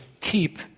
keep